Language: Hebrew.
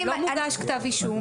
לא מוגש כתב אישום,